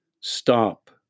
Stop